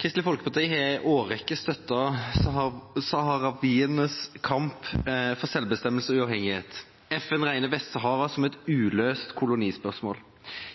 Kristelig Folkeparti har i en årrekke støttet saharawienes kamp for selvbestemmelse og uavhengighet. FN regner Vest-Sahara som et uløst kolonispørsmål.